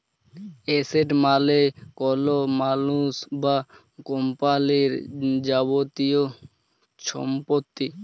asset মালে কল মালুস বা কম্পালির যাবতীয় ছম্পত্তি